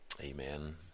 Amen